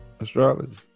astrology